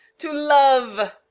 to love,